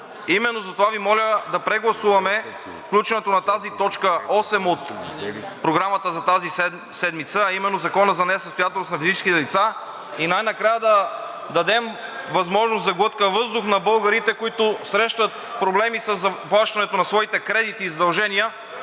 Именно затова Ви моля да прегласуваме включването на тази точка осем от Програмата за тази седмица, а именно Закона за несъстоятелност на физическите лица и най-накрая да дадем възможност за глътка въздух на българите, които срещат проблеми със заплащането на своите кредити и задължения,